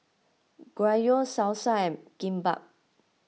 Gyros Salsa and Kimbap